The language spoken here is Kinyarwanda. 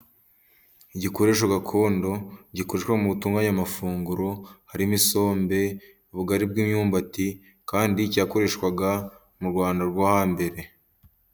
Igikoresho gakondo gikoreshwa mu gutunganya amafunguro harimo isombe ubugari bw'imyumbati kandi cyakoreshwaga mu Rwanda rwo hambere.